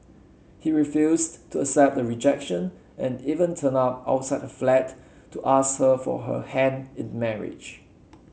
he refused to accept the rejection and even turned up outside flat to ask her for her hand in marriage